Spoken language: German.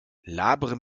labere